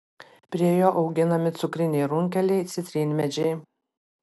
prie jo auginami cukriniai runkeliai citrinmedžiai